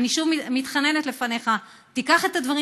אני שוב מתחננת לפניך: תיקח את הדברים